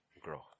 Grow